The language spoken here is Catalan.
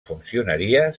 funcionaria